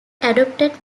adopted